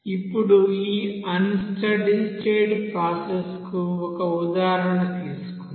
ఇప్పుడు ఈ unsteady state process కు ఒక ఉదాహరణ తీసుకుందాం